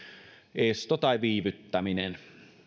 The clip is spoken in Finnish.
esto tai viivyttäminen